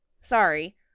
Sorry